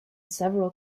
several